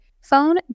phone